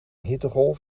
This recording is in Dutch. hittegolf